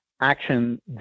action